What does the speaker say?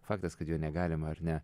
faktas kad jo negalima ar ne